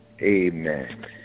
Amen